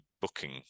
booking